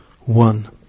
one